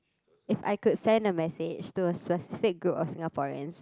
if I could send a message to a specific group of Singaporeans